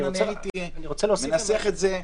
הייתי מנסח את זה אחרת.